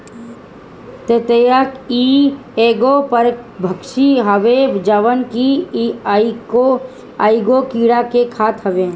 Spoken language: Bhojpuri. ततैया इ एगो परभक्षी हवे जवन की कईगो कीड़ा के खात हवे